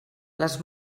les